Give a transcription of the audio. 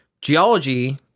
Geology